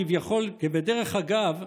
כביכול בדרך אגב,